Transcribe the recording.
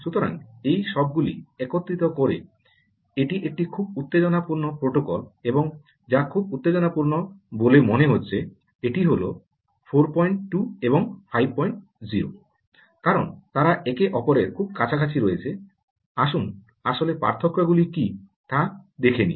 সুতরাং এই সবগুলি একত্রিত করে এটি একটি খুব উত্তেজনাপূর্ণ প্রোটোকল এবং যা খুব উত্তেজনাপূর্ণ বলে মনে হচ্ছে এটি হল এটি 42 এবং 50 কারণ তারা একে অপরের খুব কাছাকাছি রয়েছে আসুন আসলে পার্থক্য গুলি কী তা দেখে নেই